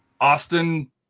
Austin